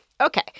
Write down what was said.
Okay